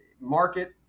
market